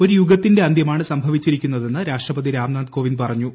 ഒരു യുഗത്തിന്റെ അന്ത്യമാണ് സംഭവിച്ചിരിക്കു ന്നതെന്ന് രാഷ്ട്രപതി രാംനാഥ് കോവിന്ദ് പറഞ്ഞു